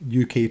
UK